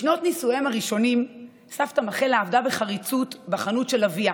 בשנות נישואיהם הראשונות סבתא מכלה עבדה בחריצות בחנות של אביה